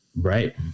Right